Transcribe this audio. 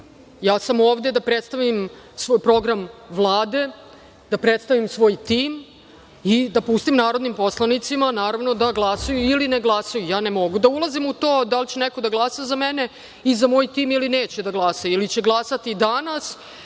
Ja sam ovde da predstavim svoj program Vlade, da predstavim svoj tim i da pustim narodnim poslanicima da glasaju ili ne glasaju. Ne mogu da ulazim u to da li će neko da glasa za mene i za moj tim ili neće da glasa, ili će glasati danas,